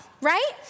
right